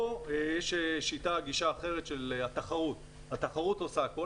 כאן יש גישה אחרת של התחרות שהיא עושה הכול.